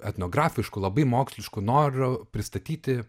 etnografišku labai mokslišku noru pristatyti